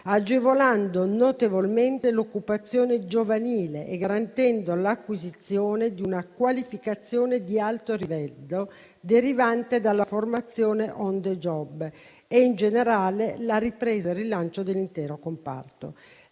agevolando notevolmente l'occupazione giovanile e garantendo l'acquisizione di una qualificazione di alto livello derivante dalla formazione *on the job*, e in generale la ripresa e il rilancio dell'intero comparto.